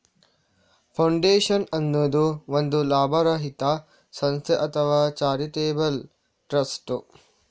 foundation ಅನ್ನುದು ಒಂದು ಲಾಭರಹಿತ ಸಂಸ್ಥೆ ಅಥವಾ ಚಾರಿಟೇಬಲ್ ಟ್ರಸ್ಟ್